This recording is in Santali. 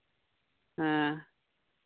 ᱦᱮᱸ